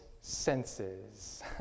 senses